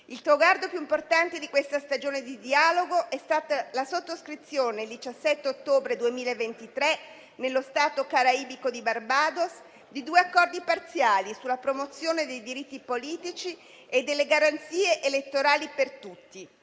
Il traguardo più importante di questa stagione di dialogo è stata la sottoscrizione, il 17 ottobre 2023, nello Stato caraibico di Barbados, di due accordi parziali sulla promozione dei diritti politici e delle garanzie elettorali per tutti